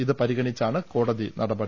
ഇത് പരിഗണിച്ചാണ് കോടതി നടപടി